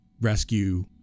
rescue